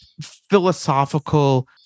philosophical